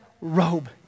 robe